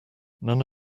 none